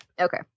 Okay